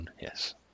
Yes